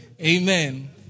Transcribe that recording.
amen